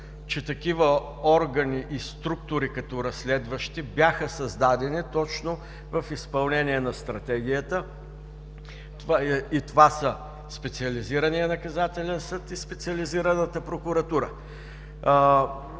че такива органи и структури, като разследващи, бяха създадени точно в изпълнение на Стратегията. Това са: Специализираният наказателен съд и Специализираната прокуратура.